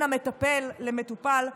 אתם מפריעים לי.